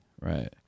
right